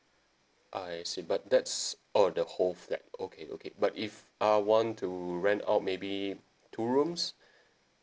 ah I see but that's orh the whole flat okay okay but if I want to rent out maybe two rooms